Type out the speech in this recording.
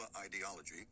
ideology